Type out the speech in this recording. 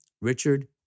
Richard